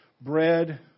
bread